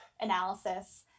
analysis